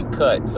cut